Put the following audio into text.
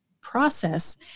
process